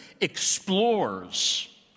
explores